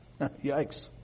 Yikes